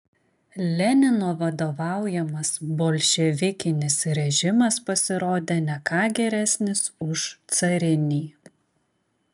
lenino vadovaujamas bolševikinis režimas pasirodė ne ką geresnis už carinį